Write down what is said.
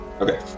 Okay